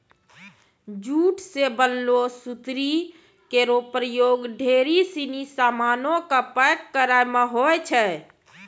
jute सें बनलो सुतरी केरो प्रयोग ढेरी सिनी सामानो क पैक करय म होय छै